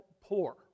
poor